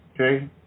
Okay